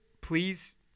please